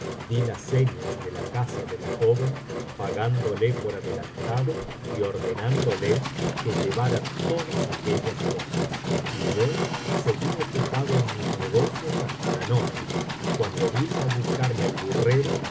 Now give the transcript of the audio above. di las señas de la casa de la joven pagándole por adelantado y ordenándole que llevara todas aquellas cosas y yo seguí ocupado en mis negocios hasta la noche y cuando vino á buscarme el burrero